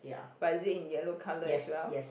but is it in yellow colour as well